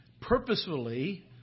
purposefully